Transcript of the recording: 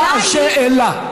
מה השאלה?